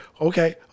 Okay